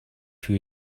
für